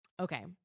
Okay